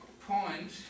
point